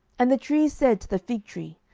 and the trees said to the fig tree,